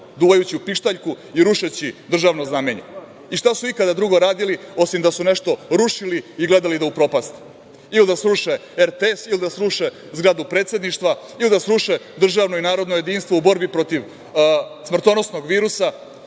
duvajući u pištaljku i rušeći državno znamenje. I šta su ikada drugo radili, osim da su nešto rušili i gledali da upropaste. Ili da sruše RTS ili da sruše zgradu Predsedništva ili da sruše državno i narodno jedinstvo u borbi protiv smrtonosnog virusa